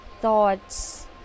thoughts